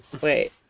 Wait